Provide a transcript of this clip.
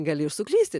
gali ir suklysti